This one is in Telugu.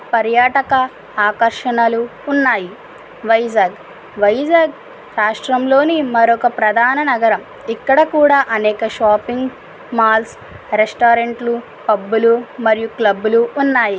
పర్యాటక ఆకర్షణలు ఉన్నాయి వైజాగ్ వైజాగ్ రాష్ట్రంలోని మరొక ప్రధాన నగరం ఇక్కడ కూడా అనేక షాపింగ్ మాల్స్ రెస్టారెంట్లు పబ్బులు మరియు క్లబ్బులు ఉన్నాయి